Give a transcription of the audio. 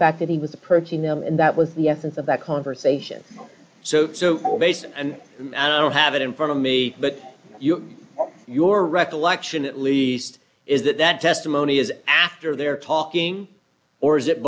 fact that he was approaching them and that was the essence of that conversation so i don't have it in front of me but your recollection at least is that that testimony is after they're talking or is it